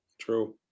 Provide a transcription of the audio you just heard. True